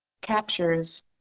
captures